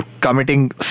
committing